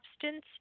substance